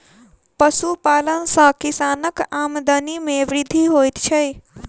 पशुपालन सॅ किसानक आमदनी मे वृद्धि होइत छै